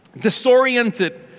disoriented